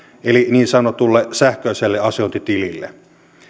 eli niin sanotulle sähköiselle asiointitilille